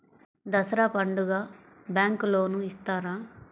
దసరా పండుగ bank loan ఇస్తారా?